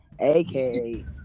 AKA